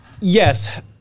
yes